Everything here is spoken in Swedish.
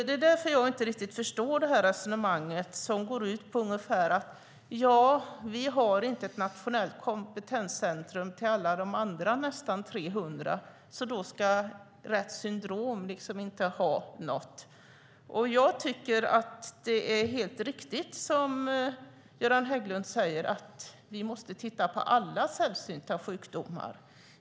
Därför förstår jag inte riktigt resonemanget som går ut på att för att vi inte har ett nationellt kompetenscentrum till alla de andra nästan 300 sällsynta sjukdomarna ska Retts syndrom inte ha något. Jag tycker att det är helt riktigt, som Göran Hägglund säger, att vi måste titta på alla sällsynta sjukdomar.